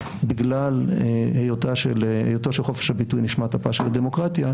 בגלל היותו של חופש הביטוי נשמת אפה של הדמוקרטיה,